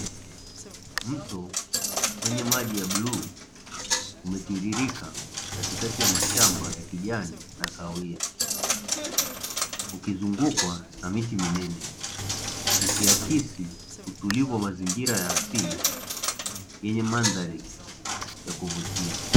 Mto wenye maji ya bluu umetiririka katikati ya mashamba ya kijani na kahawia, ukizungukwa na miti minene, ukiakisi utulivu wa mazingira ya asili yenye madhali ya kuvutia.